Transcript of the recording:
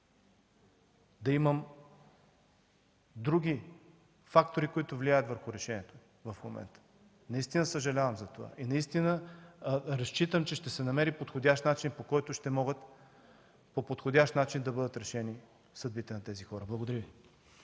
да имам други фактори, които влияят върху решението в момента. Наистина съжалявам за това и разчитам, че ще се намери подходящ начин, по който да бъдат решени съдбите на тези хора. Благодаря Ви.